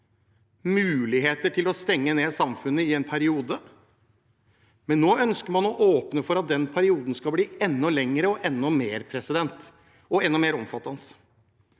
muligheter til å stenge ned samfunnet i en periode. Nå ønsker man å åpne for at den perioden skal bli enda lenger og enda mer omfattende.